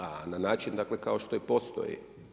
A na način kao što postoji.